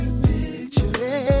picture